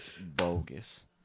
bogus